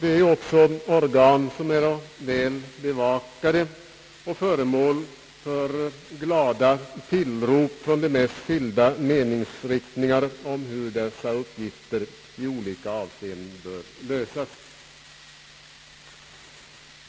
Det är organ som är väl bevakade och föremål för glada tillrop från representanter för de mest skilda meningsriktningar om hur dessa uppgifter i olika avseenden bör lösas.